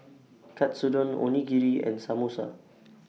Katsudon Onigiri and Samosa